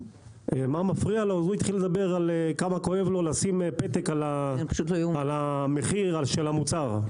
מה מפריע לו אז הוא התחיל לדבר כמה כואב לו לשים פתק על המחיר של המוצר.